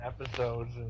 episodes